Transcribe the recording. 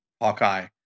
Hawkeye